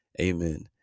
amen